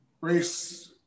race